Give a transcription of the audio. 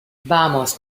vamos